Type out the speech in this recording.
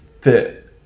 fit